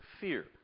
fear